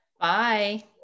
Bye